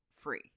free